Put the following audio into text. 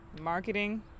Marketing